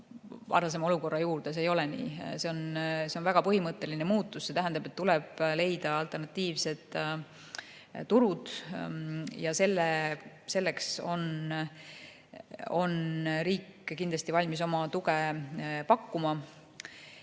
varasema olukorra juurde. See ei ole nii, see on väga põhimõtteline muutus. See tähendab, et tuleb leida alternatiivsed turud, ja selleks on riik kindlasti valmis oma tuge pakkuma.